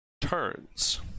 turns